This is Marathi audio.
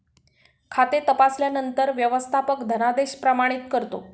खाते तपासल्यानंतर व्यवस्थापक धनादेश प्रमाणित करतो